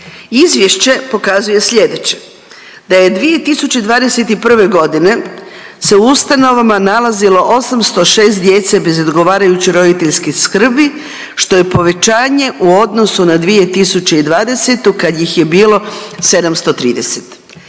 Izvješće pokazuje sljedeće da je 2021.g. se u ustanovama nalazilo 806 djece bez odgovarajuće roditeljiske skrbi što je povećanje u odnosu na 2020. kad ih je bilo 730.